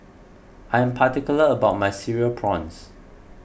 I am particular about my Cereal Prawns